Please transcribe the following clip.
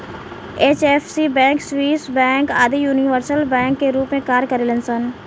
HFC bank, Swiss bank आदि universal bank के रूप में कार्य करेलन सन